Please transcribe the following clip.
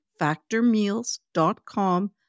factormeals.com